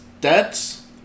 debts